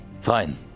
Fine